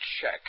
check